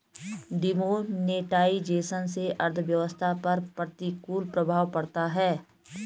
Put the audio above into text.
demonetisation से अर्थव्यवस्था पर प्रतिकूल प्रभाव पड़ता है